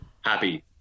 Happy